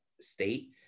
state